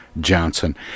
Johnson